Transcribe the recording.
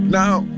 Now